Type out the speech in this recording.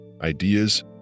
ideas